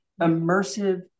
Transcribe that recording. immersive